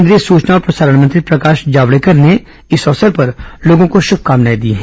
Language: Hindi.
केंद्रीय सुचना और प्रसारण मंत्री प्रकाश जावड़ेकर ने इस अवसर पर लोगों को श्रभकामनाए दी हैं